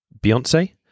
Beyonce